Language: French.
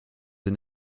des